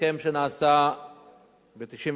ההסכם שנעשה ב-1999